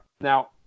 Now